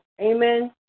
amen